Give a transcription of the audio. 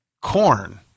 corn